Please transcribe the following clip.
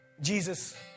Jesus